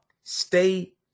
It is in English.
stay